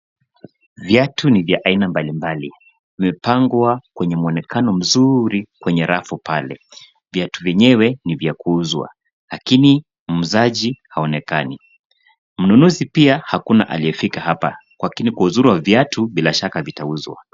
Viatu ni vya aina mbalimbali. Vimepangwa kwenye mwonekano mzuri kwenye rafu pale. Viatu vyenyewe ni vya kuuzwa lakini muuzaji haonekani. mnunuzi pia hakuna aliyefika hapa, lakini kwa uzuri wa viatu, bila shaka vitauzwa.